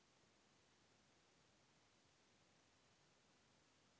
దయచేసి నా ఖాతా నుండి మునుపటి ఐదు లావాదేవీలను చూపండి